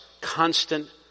constant